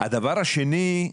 הדבר השני,